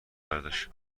برداشت